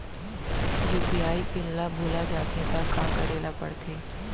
UPI pin ल भुला जाथे त का करे ल पढ़थे?